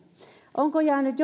onko jäänyt